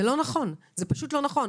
זה לא נכון, זה פשוט לא נכון.